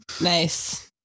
Nice